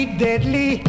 deadly